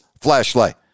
flashlight